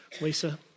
Lisa